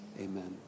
Amen